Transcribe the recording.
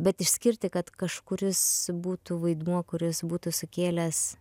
bet išskirti kad kažkuris būtų vaidmuo kuris būtų sukėlęs